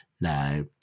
Now